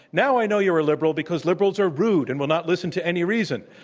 now i know you're a liberal because liberals are rude and will not listen to any reason.